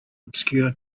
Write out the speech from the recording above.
obscure